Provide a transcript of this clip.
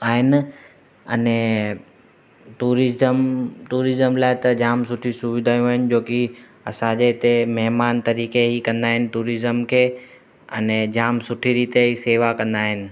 आहिनि अने tourism tourism लाइ त जाम सुठी सुविधायूं आहिनि जो की असांजे हिते महिमान तरीक़े ई कंदा आहिनि टूरिज़म खे अने जाम सुठी रीति ई शेवा कंदा आहिनि